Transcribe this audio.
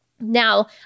Now